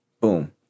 Boom